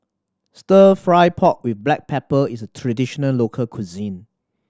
Stir Fry pork with black pepper is a traditional local cuisine